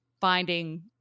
finding